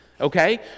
Okay